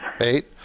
Eight